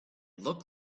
looked